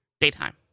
Daytime